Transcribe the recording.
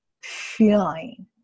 feeling